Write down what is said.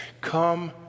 Come